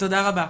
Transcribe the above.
תודה רבה.